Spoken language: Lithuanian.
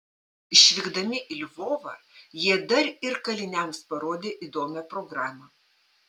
išvykdami į lvovą jie dar ir kaliniams parodė įdomią programą